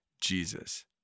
Jesus